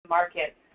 market